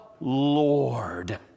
Lord